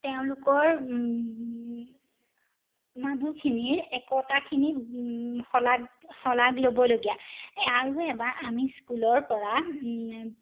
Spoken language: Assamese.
তেওঁলোকৰ মানুহখিনিৰ একতাখিনি শলাগ শলাগ ল'বলগীয়া আৰু এবাৰ আমি স্কুলৰ পৰা